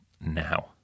now